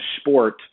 sport